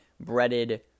Breaded